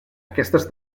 aquestes